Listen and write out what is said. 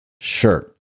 shirt